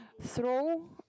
throw